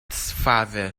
father